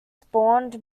spawned